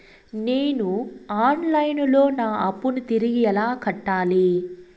నేను online లో నా అప్పును తిరిగి ఎలా కట్టాలి?